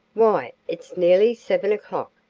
why, it's nearly seven o'clock,